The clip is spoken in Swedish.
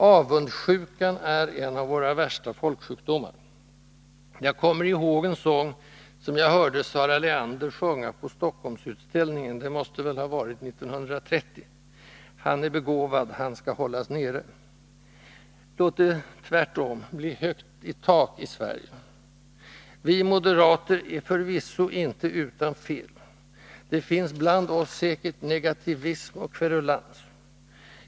Avundsjukan är en av våra värsta folksjukdomar. Jag kommer ihåg en sång, som jag hörde Zarah Leander sjunga på Stockholmsutställningen — det måste väl ha varit 1930 — ”Han är begåvad, han skall hållas nere”. Låt det, tvärtom, bli högt i tak i Sverige. Vi moderater är förvisso inte utan fel; det finns bland oss säkert negativism och kverulans.